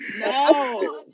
No